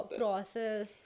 process